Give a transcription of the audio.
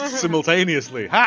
simultaneously